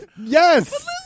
Yes